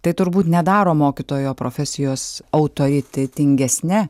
tai turbūt nedaro mokytojo profesijos autoritetingesne